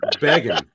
begging